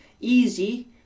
easy